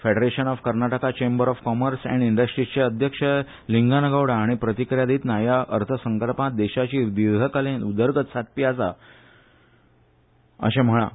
federation of Karnataka chambers of commerce and इंडस्ट्रीजचे अध्यक्ष लींगनगोवडा हांणी प्रतिक्रिया दितना ह्या अर्थसंकल्पांत देशाची दीर्घकालीन उदरगत सादपी आसा अशें म्हळां